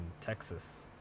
Texas